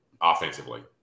offensively